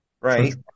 right